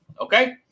Okay